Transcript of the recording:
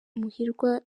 muhirwa